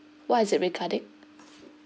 what is it regarding